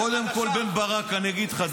קודם כול, בן ברק, אני אגיד לך.